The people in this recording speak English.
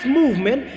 movement